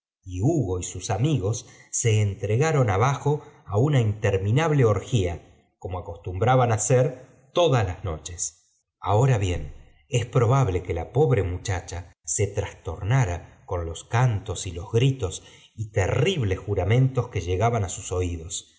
y hugo y sus amigos se entregaron abajo á una interminable orgía como acostumbraban hacer todas las noches ahora bien es probable que la pobre muchacha se trastornara con los cantos y gritos y terribles ajuramentob que llegaban á sus oídos